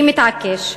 היא מתעקשת.